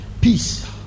peace